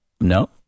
No